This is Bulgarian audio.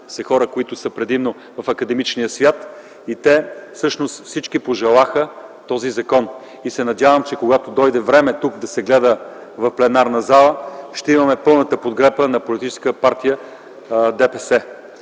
са хора, които са предимно в академичния свят и всички те пожелаха този закон. Надявам се, че когато дойде времето да се гледа в пленарната зала, ще имаме пълната подкрепа на политическа партия ДПС.